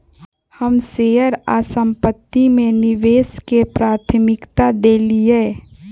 हम शेयर आऽ संपत्ति में निवेश के प्राथमिकता देलीयए